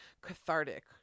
cathartic